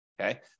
Okay